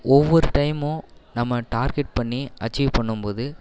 ஒவ்வொரு டைமும் நம்ம டார்கெட் பண்ணி அச்சீவ் பண்ணும்போது